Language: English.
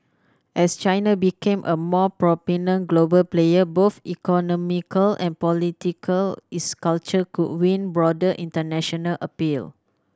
as China became a more prominent global player both economical and political its culture could win broader international appeal